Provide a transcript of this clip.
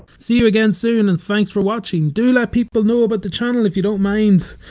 see you again soon and thanks for watching. do let people know about the channel if you don't mind.